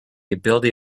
ability